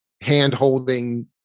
hand-holding